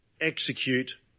execute